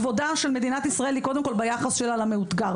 כבודה של מדינת ישראל היא קודם כל ביחס שלה למאותגר.